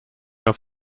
auf